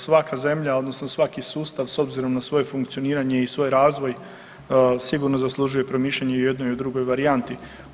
Svaka zemlja odnosno svaki sustav s obzirom na svoje funkcioniranje i svoj razvoj sigurno zaslužuje promišljanje i o jednoj i o drugoj varijanti.